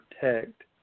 protect